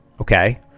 okay